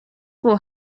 will